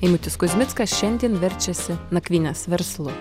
eimutis kuzmickas šiandien verčiasi nakvynės verslu